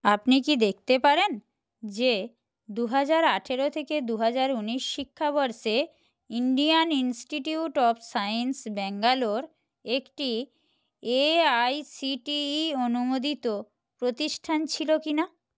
আপনি কি দেখতে পারেন যে দু হাজার আঠেরো থেকে দু হাজার উনিশ শিক্ষাবর্ষে Indian institute of science Bangalore একটি A I C T E অনুমোদিত প্রতিষ্ঠান ছিলো কি না